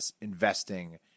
investing